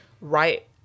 right